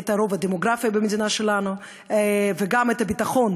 את הרוב הדמוגרפי במדינה שלנו וגם את הביטחון